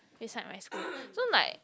beside my school so like